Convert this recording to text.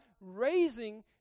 raising